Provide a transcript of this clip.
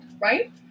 right